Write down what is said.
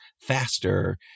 faster